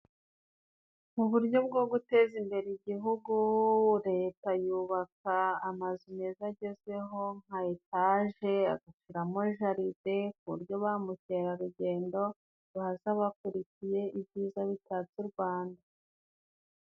Mu buryo bwo guteza imbere igihugu leta yubaka amazu meza agezweho nka etaje agashyiramo jalide ku buryo ba mukerarugendo bazaza bakurikiye ibyiza bitatse u Rwanda.